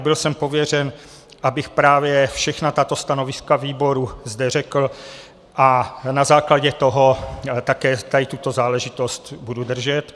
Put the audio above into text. Byl jsem pověřen, abych právě všechna tato stanoviska výboru zde řekl, a na základě toho také tuto záležitost budu držet.